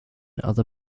other